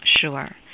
Sure